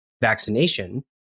vaccination